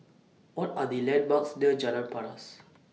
What Are The landmarks near Jalan Paras